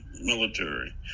military